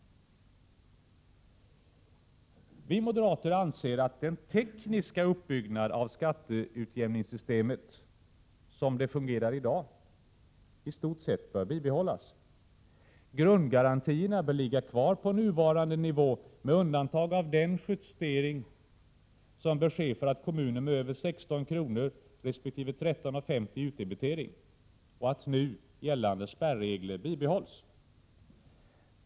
Vi moderater anser att den tekniska uppbyggnaden av skatteutjämningssystemet, som den ser ut i dag, i stort sett bör bibehållas. Grundgarantierna bör ligga kvar på nuvarande nivå, med undantag av den justering som bör ske för kommuner med över 16 kr. resp. 13:50 kr. i utdebitering. Nu gällande spärregler bör också bibehållas.